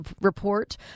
report